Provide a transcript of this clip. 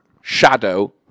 Shadow